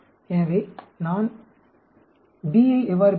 எனவே நான் B ஐ எவ்வாறு பெறுவது